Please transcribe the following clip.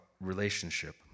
relationship